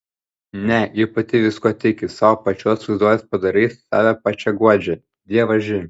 ne ji pati viskuo tiki savo pačios vaizduotės padarais save pačią guodžia dievaži